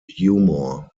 humour